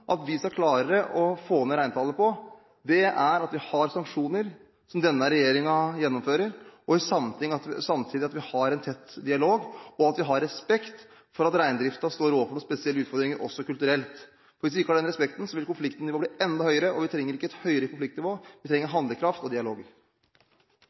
vi skal klare å få ned reintallet på, er at vi har sanksjoner som denne regjeringen gjennomfører, samtidig som vi har en tett dialog, og at vi har respekt for at reindriften står overfor noen spesielle utfordringer også kulturelt. Hvis vi ikke har den respekten, vil konfliktnivået bli enda høyere. Vi trenger ikke et høyere konfliktnivå – vi trenger